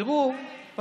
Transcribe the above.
הלוואי שהיה ככה.